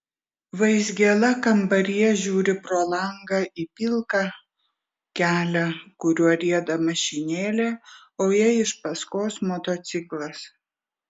vaizgėla kambaryje žiūri pro langą į pilką kelią kuriuo rieda mašinėlė o jai iš paskos motociklas